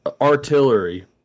artillery